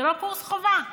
זה לא קורס חובה,